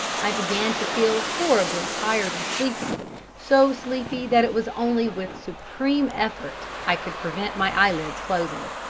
i began to feel horribly tired and sleepy so sleepy that it was only with supreme effort i could prevent my eyelids closing.